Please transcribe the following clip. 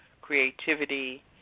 creativity